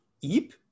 Eep